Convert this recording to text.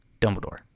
Dumbledore